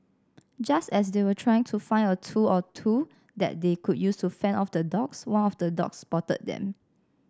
just as they were trying to find a tool or two that they could use to fend off the dogs one of the dogs spotted them